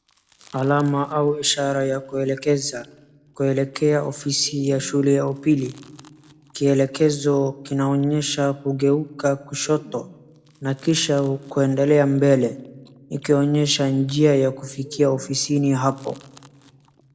Alama au ishara ya kuelekeza kuelekea ofisi ya shule ya upili. Kielekezo kinaonyesha kugeuka kushoto na kisha kuendelea mbele ikionyesha njia ya kufikia ofisini hapo